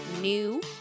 new